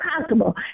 possible